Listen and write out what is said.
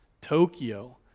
Tokyo